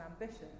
ambition